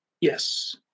Yes